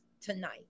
tonight